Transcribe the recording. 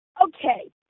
Okay